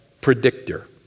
predictor